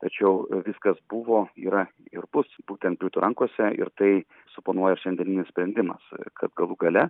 tačiau viskas buvo yra ir bus būtent britų rankose ir tai suponuoja šiandieninis sprendimas kad galų gale